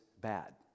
bad